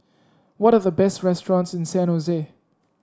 what are the best restaurants in San Jose